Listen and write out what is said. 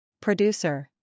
Producer